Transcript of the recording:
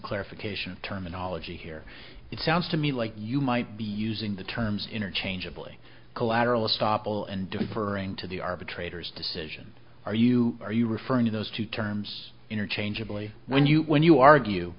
clarification of terminology here it sounds to me like you might be using the terms interchangeably collateral estoppel and deferring to the arbitrator's decision are you are you referring to those two terms interchangeably when you when you argue